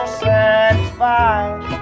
satisfied